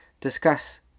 Discuss